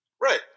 Right